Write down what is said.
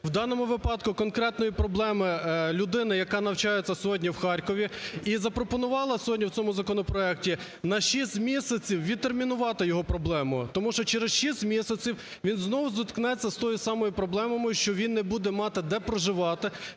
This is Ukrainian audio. в даному випадку конкретної проблеми людини, яка навчається сьогодні в Харкові і запропонувала в цьому законопроекті на 6 місяців відтермінувати його проблему. Тому що через 6 місяців він знову зіткнеться з тою самою проблемою, що він не буде мати, де проживати,